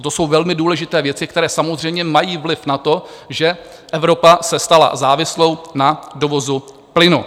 To jsou velmi důležité věci, které samozřejmě mají vliv na to, že Evropa se stala závislou na dovozu plynu.